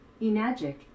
Enagic